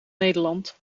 nederland